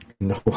no